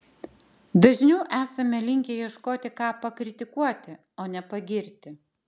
dažniau esame linkę ieškoti ką pakritikuoti o ne pagirti